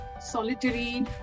solitary